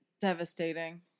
devastating